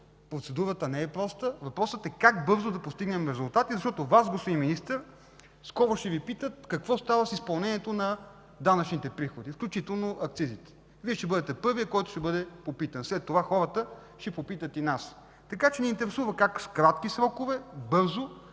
процедурата не е проста. Въпросът е как бързо да постигнем резултати, защото Вас, господин Министър, скоро ще Ви питат за изпълнението на данъчните приходи, включително акцизите. Вие ще бъдете първият, който ще бъде попитан. След това хората ще попитат и нас. Така че ни интересува как в кратки срокове, бързо